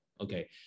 okay